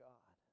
God